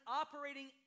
operating